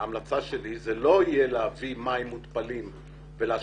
ההמלצה שלי היא שזה לא יהיה להביא מים מותפלים ולהשקות